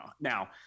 now